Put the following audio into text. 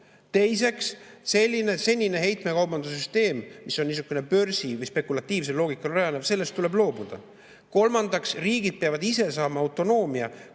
Teiseks, senine heitmekaubanduse süsteem, mis on niisugune börsi või spekulatiivsele loogikale rajanev – sellest tuleb loobuda. Kolmandaks, riigid peavad saama autonoomia,